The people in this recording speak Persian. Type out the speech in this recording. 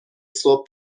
صبح